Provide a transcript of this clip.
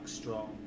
strong